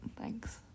Thanks